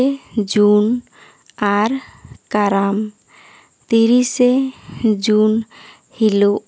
ᱯᱮ ᱡᱩᱱ ᱟᱨ ᱠᱟᱨᱟᱢ ᱛᱤᱨᱮᱥᱮ ᱡᱩᱱ ᱦᱤᱞᱚᱜ